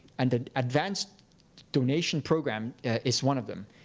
and the advanced donation program is one of them.